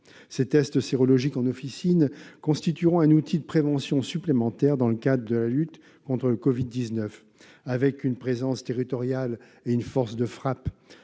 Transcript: Ces tests sérologiques en officine constitueront un outil de prévention supplémentaire dans le cadre de la lutte contre le Covid-19. Avec une présence territoriale et une force de frappe-